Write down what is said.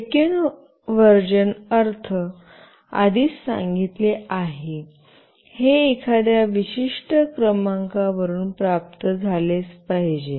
secure version अर्थ आधीच सांगितले आहे हे एखाद्या विशिष्ट क्रमांकावरून प्राप्त झालेच पाहिजे